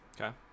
Okay